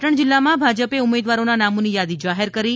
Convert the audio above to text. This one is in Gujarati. પાટણ જિલ્લામાં ભાજપે ઉમેદવારોના નામોની યાદી જાહેર કરી છે